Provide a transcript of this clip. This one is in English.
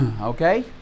okay